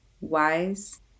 wise